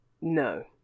No